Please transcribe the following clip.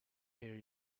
here